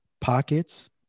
pockets